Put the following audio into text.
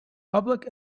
public